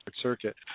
circuit